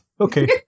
Okay